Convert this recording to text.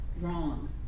wrong